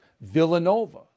Villanova